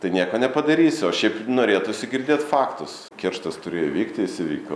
tai nieko nepadarysi o šiaip norėtųsi girdėt faktus kerštas turėjo įvykti jis įvyko